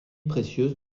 précieuse